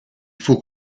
faut